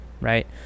right